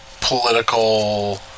political